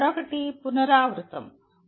మరొకటి "పునరావృతం"